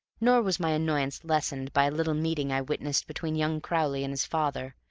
nor was my annoyance lessened by a little meeting i witnessed between young crowley and his father,